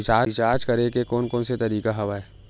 Recharge करे के कोन कोन से तरीका हवय?